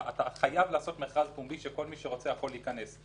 אתה חייב לעשות מכרז פומבי שכל מי שרוצה יכול להיכנס.